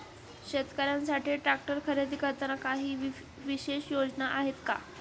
शेतकऱ्यांसाठी ट्रॅक्टर खरेदी करताना काही विशेष योजना आहेत का?